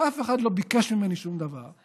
ואף אחד לא ביקש ממני שום דבר,